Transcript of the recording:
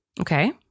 Okay